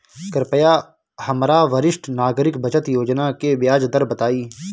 कृपया हमरा वरिष्ठ नागरिक बचत योजना के ब्याज दर बताइं